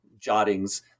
jottings